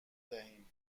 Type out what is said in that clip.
دهیم